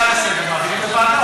הצעה לסדר-היום.